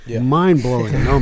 mind-blowing